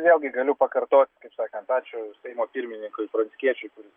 vėlgi galiu pakartot kaip sakant ačiū seimo pirmininkui pranckiečiui kuris